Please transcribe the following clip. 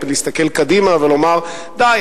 להסתכל קדימה ולומר: די,